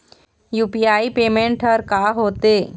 UPI payment हर का होते?